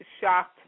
shocked